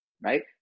right